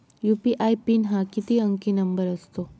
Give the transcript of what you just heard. UPI PIN हा किती अंकी नंबर असतो?